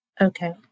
Okay